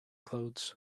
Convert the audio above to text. clothes